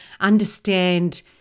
understand